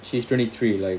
she's twenty three like